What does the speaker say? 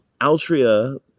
altria